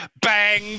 bang